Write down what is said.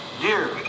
Dear